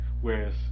whereas